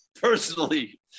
personally